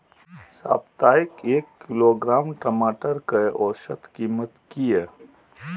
साप्ताहिक एक किलोग्राम टमाटर कै औसत कीमत किए?